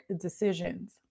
decisions